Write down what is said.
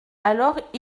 alors